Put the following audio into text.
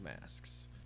masks